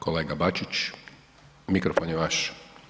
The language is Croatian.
Kolega Babić, mikrofon je vaš.